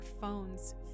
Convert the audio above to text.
phones